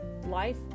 Life